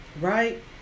right